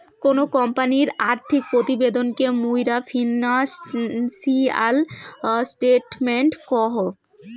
কোনো কোম্পানির আর্থিক প্রতিবেদন কে মুইরা ফিনান্সিয়াল স্টেটমেন্ট কহু